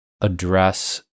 address